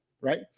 right